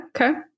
okay